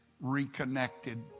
reconnected